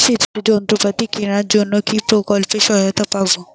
সেচের যন্ত্রপাতি কেনার জন্য কি প্রকল্পে সহায়তা পাব?